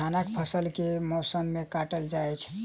धानक फसल केँ मौसम मे काटल जाइत अछि?